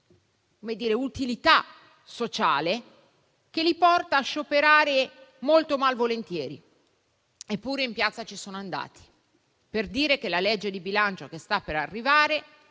e di utilità sociale che li porta a scioperare molto malvolentieri. Eppure in piazza ci sono andati per dire che la manovra di bilancio che sta per arrivare